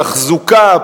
תחזוקה,